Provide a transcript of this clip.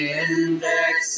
index